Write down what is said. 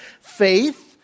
faith